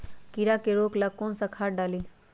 कीड़ा के रोक ला कौन सा खाद्य डाली?